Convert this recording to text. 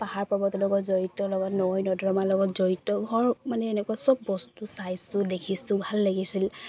পাহাৰ পৰ্বতৰ লগত জড়িত লগত নৈ নৰ্দমাৰ লগত জড়িত হোৱাৰ মানে এনেকুৱা চব বস্তু চাইছো দেখিছো ভাল লাগিছিল